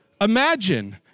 imagine